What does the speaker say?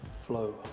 flow